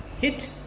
hit